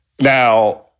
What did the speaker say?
Now